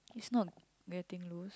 it's not getting loose